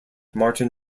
martin